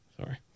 sorry